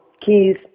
keys